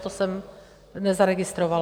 To jsem nezaregistrovala.